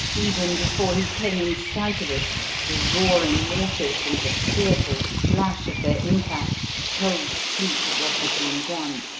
even before he came in sight of it the roaring waters and the fearful splash of their impact told cleek what had been done.